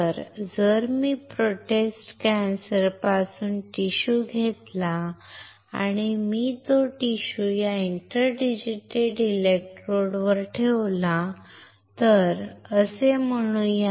तर जर मी प्रोस्टेट कॅन्सरपासून टिश्यू घेतला आणि मी तो टिश्यू या इंटर डिजीटेटेड इलेक्ट्रोडवर ठेवला तर असे म्हणूया